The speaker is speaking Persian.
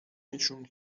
نشون